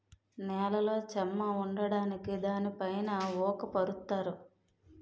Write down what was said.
నేలలో చెమ్మ ఉండడానికి దానిపైన ఊక పరుత్తారు